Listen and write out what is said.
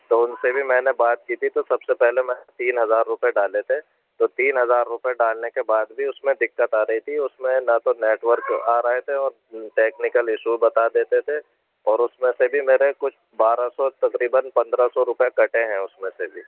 تو ان سے بھی میں نے بات کی تھی تو سب سے پہلے میں نے تین ہزار روپے ڈالے تھے تو تین ہزار روپے ڈالنے کے بعد بھی اس میں دقت آ رہی تھی اس میں نا تو نیٹ ورک آ رہے تھے اور ٹیکنیکل ایشو بتا دیتے تھے اور اس میں سے بھی میرے کچھ بارہ سو تقریباً پندرہ سو روپے کٹے ہیں اس میں سے بھی